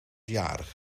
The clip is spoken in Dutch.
jarig